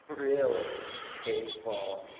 really hateful,